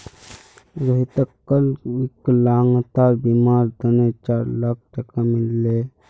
रोहितक कल विकलांगतार बीमार तने चार लाख टका मिल ले